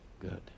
good